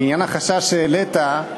לעניין החשש שהעלית,